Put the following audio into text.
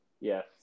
Yes